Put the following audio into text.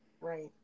right